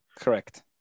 Correct